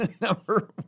number